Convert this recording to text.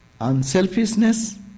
unselfishness